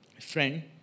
Friend